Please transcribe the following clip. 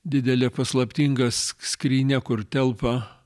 didelė paslaptinga sk skrynia kur telpa